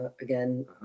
again